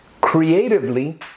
creatively